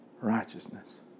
righteousness